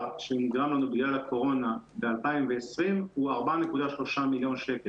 בגלל הקורונה ב-2020 הוא 4,300,000 ₪.